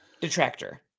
detractor